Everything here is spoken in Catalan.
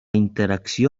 interacció